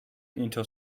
into